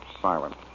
silent